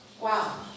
Wow